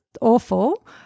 awful